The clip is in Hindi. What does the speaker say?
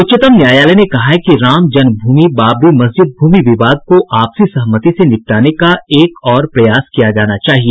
उच्चतम न्यायालय ने कहा है कि राम जन्मभूमि बाबरी मस्जिद भूमि विवाद को आपसी सहमति से निपटाने का एक और प्रयास किया जाना चाहिए